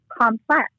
complex